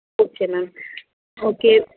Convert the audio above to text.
okay ma'am okay